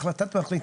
החלטת המציעים,